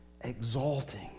exalting